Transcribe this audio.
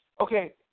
Okay